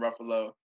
Ruffalo